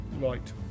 right